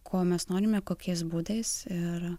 ko mes norime kokiais būdais ir